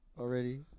already